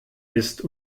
ist